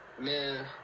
man